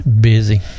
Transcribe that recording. busy